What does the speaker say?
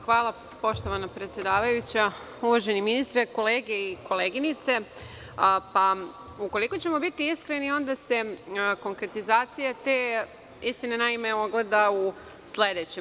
Hvala poštovana predsedavajuća, uvaženi ministre, kolege i koleginice, ukoliko ćemo biti iskreni onda se konkretizacija te istine ogleda u sledećem.